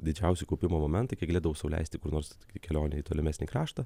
didžiausi kaupimo momentai kai galėdavau sau leisti kur nors į kelionę į tolimesnį kraštą